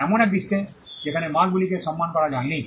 এমন এক বিশ্বে যেখানে মার্কগুলিকে সম্মান করা হয়নি